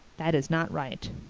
that is not right.